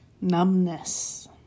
numbness